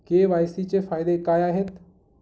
KYC चे फायदे काय आहेत?